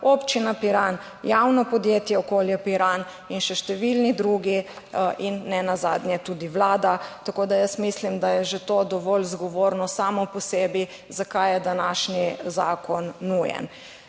Občina Piran, javno podjetje Okolje Piran in še številni drugi in nenazadnje tudi vlada. Tako da jaz mislim, da je že to dovolj zgovorno samo po sebi, zakaj je današnji zakon nujen.